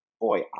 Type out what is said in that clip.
Boy